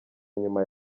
nyuma